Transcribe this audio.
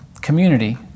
Community